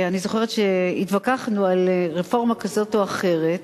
אני זוכרת שהתווכחנו על רפורמה כזאת או אחרת,